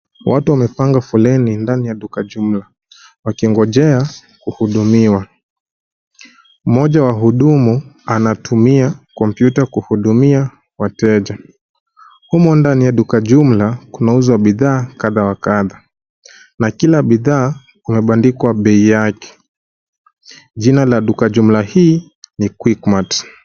Watu wamepanga foleni ndani ya duka jumla, wakingojea kuhudumiwa. Mmoja wa wahudumu anatumia kompyuta kuhudumia wateja. Humo ndani ya duka jumla kunauzwa bidhaa kadha wa kadha. Jina la duka jumla hii ni Quickmart.